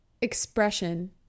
expression